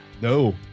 No